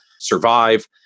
survive